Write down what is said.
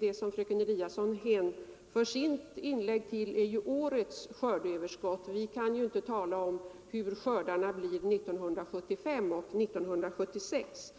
Det som fröken Eliasson hänför sitt inlägg till är årets skördeöverskott; vi kan ju inte tala om hur skördarna blir 1975 och 1976.